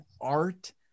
art